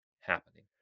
happening